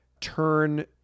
turn